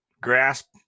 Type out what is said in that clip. grasp